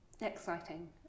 exciting